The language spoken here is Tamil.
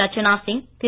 ரச்சனா சிங் திரு